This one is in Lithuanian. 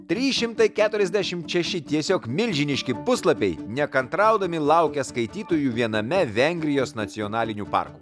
trys šimtai keturiasdešimt šeši tiesiog milžiniški puslapiai nekantraudami laukia skaitytojų viename vengrijos nacionalinių parkų